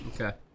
Okay